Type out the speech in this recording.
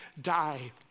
die